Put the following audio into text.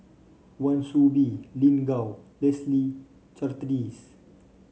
Wan Soon Bee Lin Gao Leslie Charteris